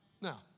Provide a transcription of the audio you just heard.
Now